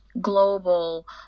global